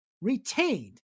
retained